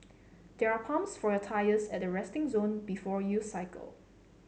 there are pumps for your tyres at the resting zone before you cycle